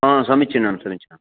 समचिन्नं समीचिनं